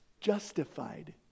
justified